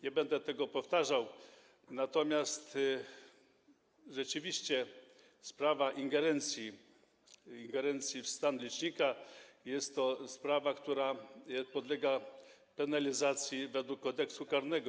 Nie będę tego powtarzał, natomiast rzeczywiście sprawa ingerencji w stan licznika jest to sprawa, która podlega penalizacji według Kodeksu karnego.